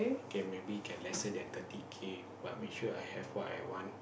K maybe can lesser than thirty K but make sure I have what I want